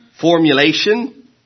formulation